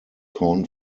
corn